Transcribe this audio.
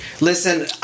Listen